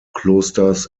klosters